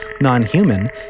non-human